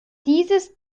dieses